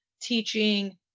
teaching